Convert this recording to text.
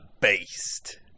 Beast